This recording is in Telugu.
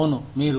అవును మీరు